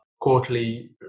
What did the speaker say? quarterly